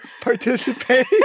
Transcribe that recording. participate